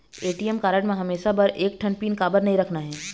ATM card म हमेशा बर एक ठन पिन काबर नई रखना हे?